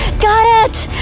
got it!